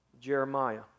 Jeremiah